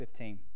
15